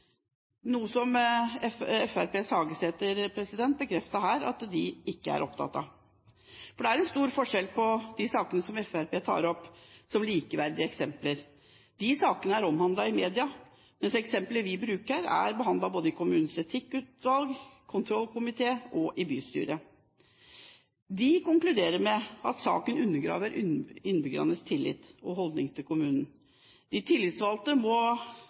noe Fremskrittspartiets Hagesæter bekreftet her. Det er stor forskjell på de sakene som Fremskrittspartiet tar opp som likeverdige eksempler, og den saken vi bruker som eksempel. De sakene er omhandlet i media, mens eksemplet vi bruker, er behandlet både i kommunens etikkutvalg og kontrollkomité og i bystyret. De konkluderer med at saken undergraver innbyggernes tillit og holdning til kommunen. De tillitsvalgte må